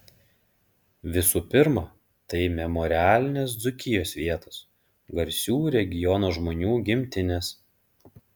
visų pirma tai memorialinės dzūkijos vietos garsių regiono žmonių gimtinės